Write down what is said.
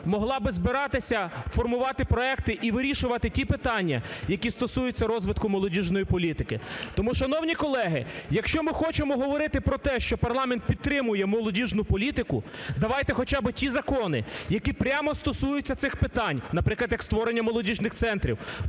могла би збиратися, формувати проекти і вирішувати ті питання, які стосуються розвитку молодіжної політики. Тому, шановні колеги, якщо ми хочемо говорити про те, що парламент підтримує молодіжну політику, давайте хоча би ті закони, які прямо стосуються цих питань, наприклад, як створення молодіжних центрів,